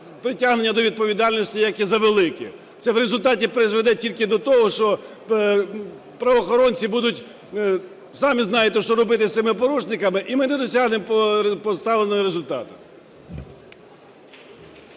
притягнення до відповідальності, як і за велике. Це в результаті призведе тільки до того, що правоохоронці будуть, самі знаєте, що робити з цими порушниками, і ми не досягнемо поставленого результату.